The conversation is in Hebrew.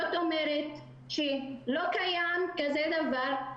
זאת אומרת שלא קיים כזה דבר.